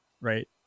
right